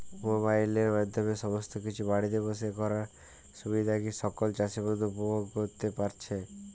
মোবাইলের মাধ্যমে সমস্ত কিছু বাড়িতে বসে করার সুবিধা কি সকল চাষী বন্ধু উপভোগ করতে পারছে?